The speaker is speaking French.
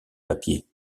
papiers